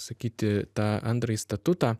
sakyti tą antrąjį statutą